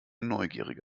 neugierige